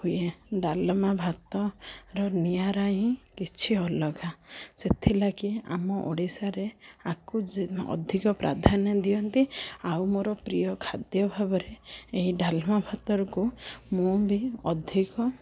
ହୁଏ ଡାଲମା ଭାତର ନିଆରା ହିଁ କିଛି ଅଲଗା ସେଥିଲାଗି ଆମ ଓଡ଼ିଶାରେ ଆକୁ ଅଧିକ ପ୍ରାଧାନ୍ୟ ଦିଅନ୍ତି ଆଉ ମୋର ପ୍ରିୟ ଖାଦ୍ୟ ଭାବରେ ଏହି ଡାଲମା ଭାତକୁ ମୁଁ ବି ଅଧିକ